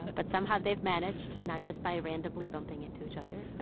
but somehow they've managed, not just by randomly bumping into each other.